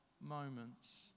moments